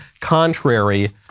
contrary